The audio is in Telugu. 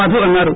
మాధవ్ అన్నారు